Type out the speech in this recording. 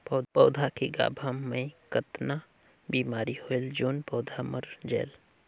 पौधा के गाभा मै कतना बिमारी होयल जोन पौधा मर जायेल?